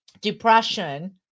depression